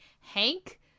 Hank